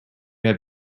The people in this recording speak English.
have